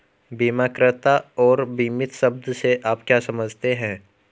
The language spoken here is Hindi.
बीमाकर्ता और बीमित शब्द से आप क्या समझते हैं?